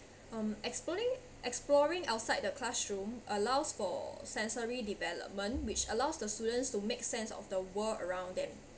um exploding~ exploring outside the classroom allows for sensory development which allows the students to make sense of the world around them